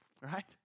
Right